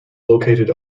located